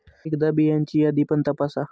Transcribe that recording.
एकदा बियांची यादी पण तपासा